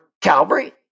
Calvary